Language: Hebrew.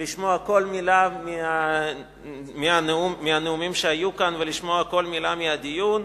לשמוע כל מלה מהנאומים שהיו כאן ולשמוע כל מלה מהדיון,